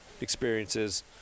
experiences